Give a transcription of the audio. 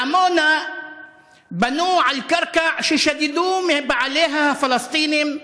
בעמונה בנו על קרקע ששדדו מבעליה הפלסטינים המסכנים,